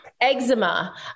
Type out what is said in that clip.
eczema